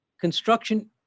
construction